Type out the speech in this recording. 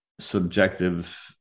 subjective